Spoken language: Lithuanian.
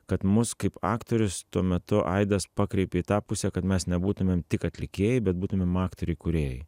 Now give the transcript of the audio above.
kad mus kaip aktorius tuo metu aidas pakreipė į tą pusę kad mes nebūtumėm tik atlikėjai bet būtumėm aktoriai kūrėjai